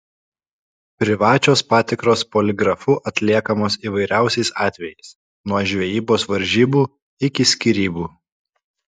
privačios patikros poligrafu atliekamos įvairiausiais atvejais nuo žvejybos varžybų iki skyrybų